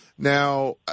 Now